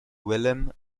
willem